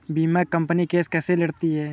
बीमा company case कैसे लड़ती है?